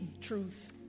truth